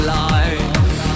life